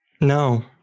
No